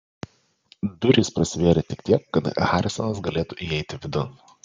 durys prasivėrė tik tiek kad harisonas galėtų įeiti vidun